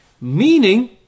Meaning